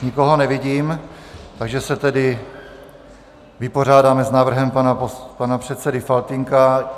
Nikoho nevidím, takže se tedy vypořádáme s návrhem pana předsedy Faltýnka.